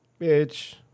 Bitch